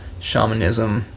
shamanism